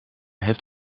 heeft